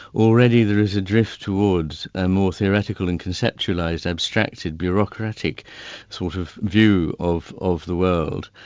already there is a drift towards a more theoretical and conceptualised abstracted bureaucratic sort of view of of the world.